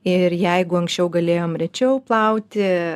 ir jeigu anksčiau galėjom rečiau plauti